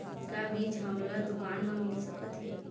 का बीज हमला दुकान म मिल सकत हे?